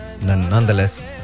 Nonetheless